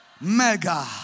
Mega